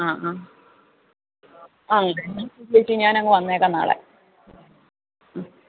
ആ ആ ആ എന്നാൽ ശരി ചേച്ചി ഞാൻ അങ്ങ് വന്നേക്കാം നാളെ